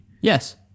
Yes